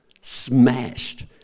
smashed